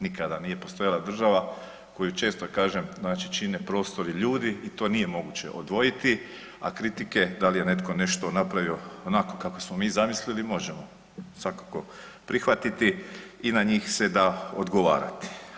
Nikada nije postojala država koju često kažem, znači čine prostor i ljudi i to nije moguće odvojiti, a kritike da li je netko nešto napravio onako kako smo mi zamislili možemo svakako prihvatiti i na njih se da odgovarati.